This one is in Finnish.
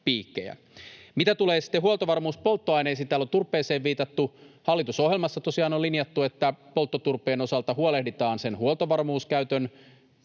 sitten huoltovarmuuspolttoaineisiin, niin täällä on turpeeseen viitattu. Hallitusohjelmassa tosiaan on linjattu, että polttoturpeen osalta huolehditaan sen huoltovarmuuskäyttöön